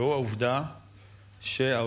והוא העובדה שההודאה,